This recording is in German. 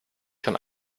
schon